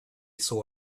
saw